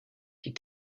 die